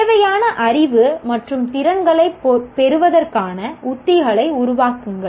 தேவையான அறிவு மற்றும் திறன்களைப் பெறுவதற்கான உத்திகளை உருவாக்குங்கள்